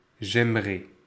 j'aimerais